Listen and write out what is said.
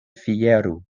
fieru